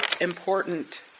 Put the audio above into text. important